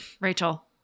Rachel